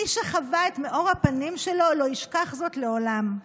מי שחווה את מאור הפנים שלו לא ישכח זאת לעולם.